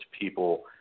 people